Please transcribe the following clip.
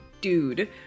dude